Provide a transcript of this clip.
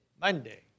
Monday